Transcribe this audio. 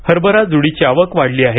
हरभरा जुडीची आवक वाढली आहे